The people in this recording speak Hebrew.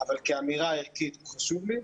אבל כאמירה ערכית זה חשוב לי,